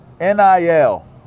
NIL